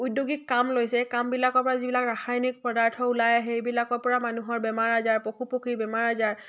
উদ্যোগিক কাম লৈছে এই কামবিলাকৰ পৰা যিবিলাক ৰাসায়নিক পদাৰ্থ ওলাই আহে সেইবিলাকৰ পৰা মানুহৰ বেমাৰ আজাৰ পশু পক্ষী বেমাৰ আজাৰ